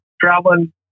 traveling